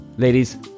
ladies